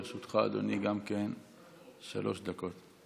גם לרשותך שלוש דקות.